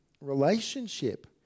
relationship